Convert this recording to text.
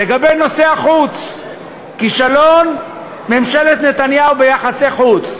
לגבי נושא החוץ, כישלון ממשלת נתניהו ביחסי חוץ.